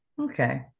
Okay